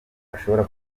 ashobora